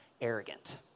arrogant